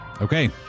Okay